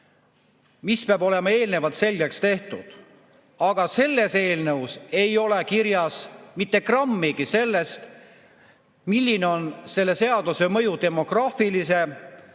mis peab olema eelnevalt selgeks tehtud. Aga selles eelnõus ei ole kirjas mitte grammigi sellest, milline on selle seaduse mõju demograafiliste